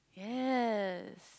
yes